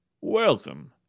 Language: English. Welcome